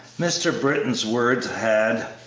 mr. britton's words had,